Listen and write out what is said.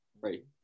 Right